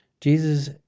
Jesus